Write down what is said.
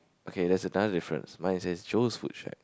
okay there's another difference mine says Joe's food shack